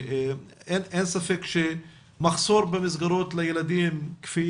אין ספק שמחסור במסגרות לילדים כפי